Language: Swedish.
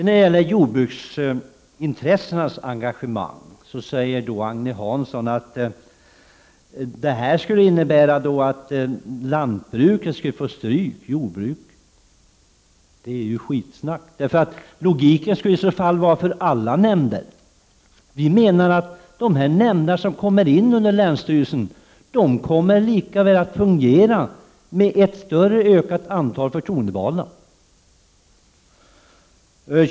När det gällde jordbruksintressenas engagemang sade Agne Hansson att jordbruket skulle ta stryk. Det är struntprat, eftersom det enligt logiken skulle gälla alla nämnder. Vi menar att de nämnder som kommer in under länsstyrelsen kommer att fungera med ett större antal förtroendevalda.